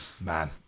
man